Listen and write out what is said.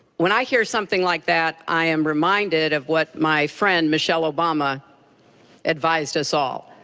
when i hear something like that, i am reminded of what my friend michelle obama advised us all.